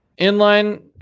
inline